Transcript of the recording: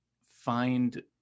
find